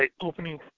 opening